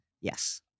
Yes